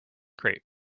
create